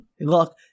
Look